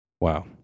Wow